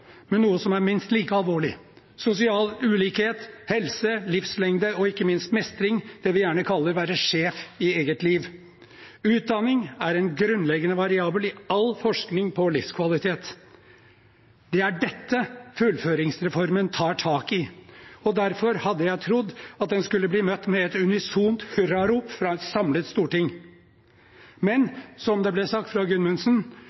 men noe som er minst like alvorlig: sosial ulikhet, helse, livslengde og ikke minst mestring, det vi gjerne kaller å være sjef i eget liv. Utdanning er en grunnleggende variabel i all forskning på livskvalitet. Det er dette fullføringsreformen tar tak i, og derfor hadde jeg trodd at den skulle bli møtt med et unisont hurrarop fra et samlet storting. Men